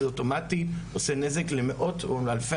זה אוטומטי עושה נזק למאות או אלפי